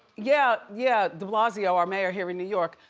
yeah, yeah, de blasio, our mayor here in new york,